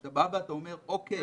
כשאתה בא ואומר: אוקיי,